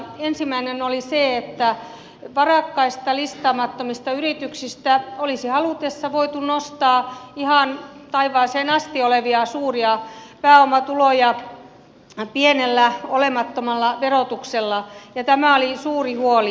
ensimmäinen oli se että varakkaista listaamattomista yrityksistä olisi halutessa voitu nostaa ihan taivaaseen asti olevia suuria pääomatuloja pienellä olemattomalla verotuksella ja tämä oli suuri huoli